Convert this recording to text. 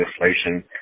legislation